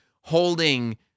holding